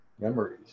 memories